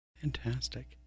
Fantastic